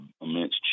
immense